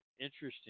interesting